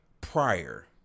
prior